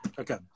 okay